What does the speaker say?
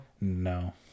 No